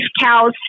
cows